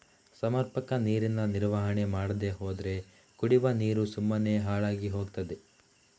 ಸಮರ್ಪಕ ನೀರಿನ ನಿರ್ವಹಣೆ ಮಾಡದೇ ಹೋದ್ರೆ ಕುಡಿವ ನೀರು ಸುಮ್ಮನೆ ಹಾಳಾಗಿ ಹೋಗ್ತದೆ